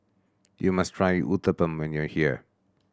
you must try Uthapam when you are here